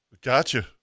Gotcha